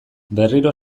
berriro